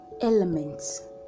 elements